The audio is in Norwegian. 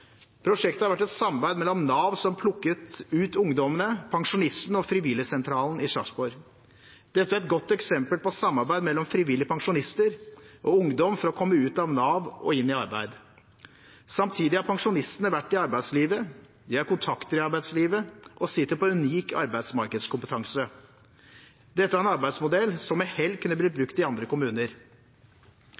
Prosjektet har vært et samarbeid mellom Nav, som plukket ut ungdommene, pensjonistene og frivillighetssentralen i Sarpsborg. Dette er et godt eksempel på samarbeid mellom frivillige pensjonister og ungdom for å komme ut av Nav og inn i arbeid. Samtidig har pensjonistene vært i arbeidslivet, de har kontakter i arbeidslivet og sitter på unik arbeidsmarkedskompetanse. Dette er en arbeidsmodell som med hell kunne blitt brukt i andre kommuner.